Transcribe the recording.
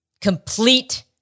Complete